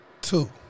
Two